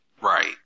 Right